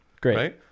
Great